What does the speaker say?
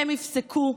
הם יפסקו,